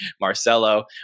Marcelo